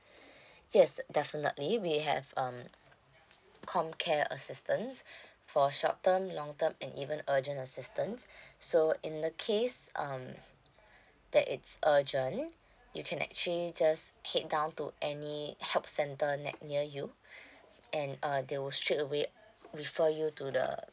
yes definitely we have um comcare assistance for short term long term and even urgent assistance so in the case um that it's urgent you can actually just head down to any help center ne~ near you and uh they will straight away refer you to the